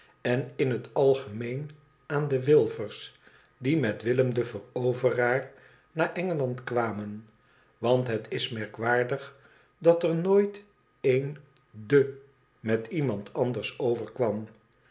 en in het algemeen aan de wilfers die met willem den veroveraar naar engeland kwamen want het is merkwaardig dat r nooit een de met iemand anders overkwam